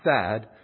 sad